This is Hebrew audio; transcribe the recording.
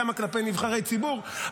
כמה כלפי נבחרי ציבור?